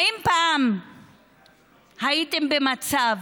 האם פעם הייתם במצב